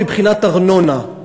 מבחינת ארנונה,